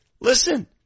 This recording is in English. listen